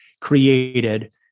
created